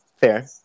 Fair